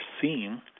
seen